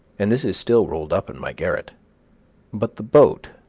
and this is still rolled up in my garret but the boat,